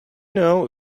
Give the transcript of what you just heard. know